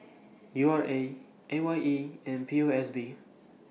U R A A Y E and P O S B